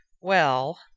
Well